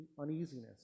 uneasiness